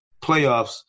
playoffs